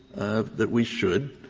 that we should,